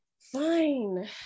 Fine